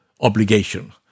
obligation